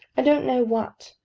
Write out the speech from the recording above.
i don't know what.